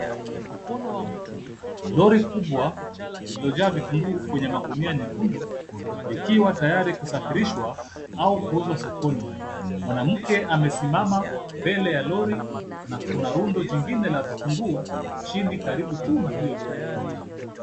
Lori kubwa lililojaa vitunguu kwa magunia nyekundu, likiwa tayari kusafirishwa au kuuzwa sokoni. Mwanamke amesimama mbele ya lori na kuna rundo jingine la vitunguu chini karibu na hiyo lori.